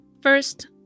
First